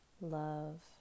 love